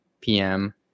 PM